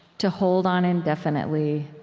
to hold on indefinitely,